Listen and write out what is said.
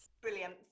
Brilliant